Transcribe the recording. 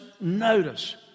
notice